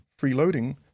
freeloading